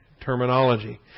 terminology